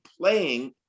playing